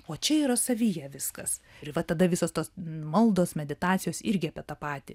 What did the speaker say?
o čia yra savyje viskas ir va tada visos tos maldos meditacijos irgi apie tą patį